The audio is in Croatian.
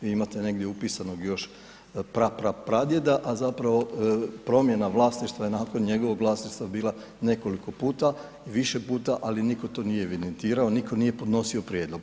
Vi imate negdje upisano gdje još pra pra pradjeda, a zapravo promjena vlasništva je nakon njegovog vlasništva bila nekoliko puta, više puta, ali nitko to nije evidentirao, nitko nije podnosio prijedlog.